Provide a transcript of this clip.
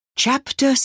Chapter